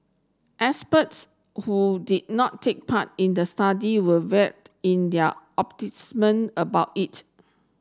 experts who did not take part in the study were in their about it